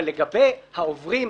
אבל לגבי העוברים,